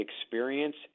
experience